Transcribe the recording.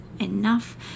enough